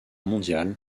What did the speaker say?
mondiale